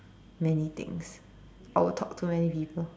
many things I would talk to many people